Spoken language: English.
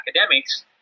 academics